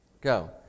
Go